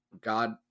God-